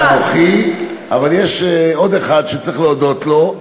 ואנוכי, אבל יש עוד אחד שצריך להודות לו,